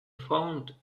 found